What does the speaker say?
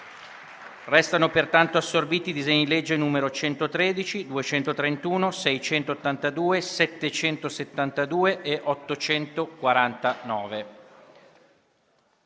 Risultano pertanto assorbiti i disegni di legge nn. 113, 231, 682, 772 e 849.